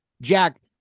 Jack